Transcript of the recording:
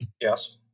Yes